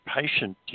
patient